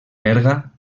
berga